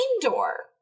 door